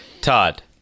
Todd